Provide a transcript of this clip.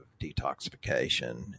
detoxification